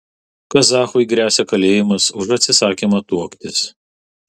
kazachui gresia kalėjimas už atsisakymą tuoktis